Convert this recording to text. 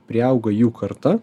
priauga jų karta